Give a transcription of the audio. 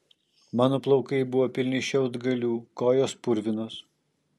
mano plaukai buvo pilni šiaudgalių kojos purvinos